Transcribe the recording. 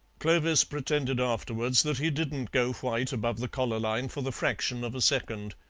clovis pretended afterwards that he didn't go white above the collar-line for the fraction of a second.